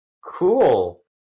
Cool